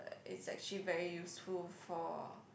uh is actually very useful for